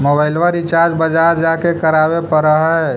मोबाइलवा रिचार्ज बजार जा के करावे पर है?